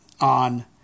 on